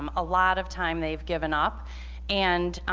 um a lot of time they've given up and